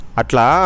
atla